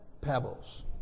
Pebbles